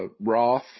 Roth